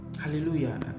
Hallelujah